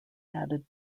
added